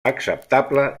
acceptable